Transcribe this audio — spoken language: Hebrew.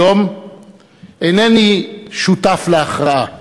היום אינני שותף להכרעה,